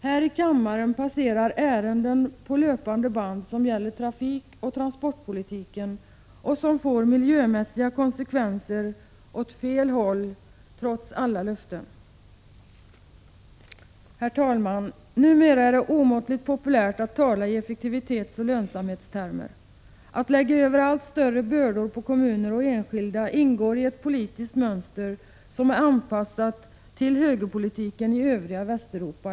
Här i kammaren passerar ärenden på löpande band som gäller trafikoch transportpolitiken och som får miljömässiga konsekvenser — åt fel håll, trots alla löften. Herr talman! Numera är det omåttligt populärt att tala i effektivitetsoch lönsamhetstermer. Att lägga över allt större bördor på kommuner och enskilda ingår i ett politiskt mönster som är anpassat till högerpolitiken i Övriga Västeuropa.